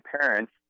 parents